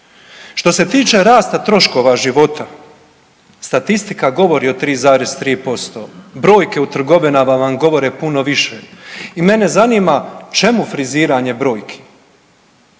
Što se tiče rasta troškova života, statistika govori o 3,3%. Brojke u trgovinama vam govore puno više i mene zanima čemu friziranje brojki?